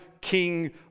king